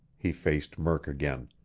he faced murk again.